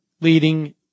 leading